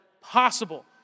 possible